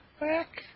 back